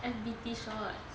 F_B_T shorts